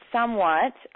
Somewhat